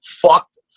Fucked